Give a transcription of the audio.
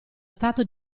stato